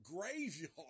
graveyard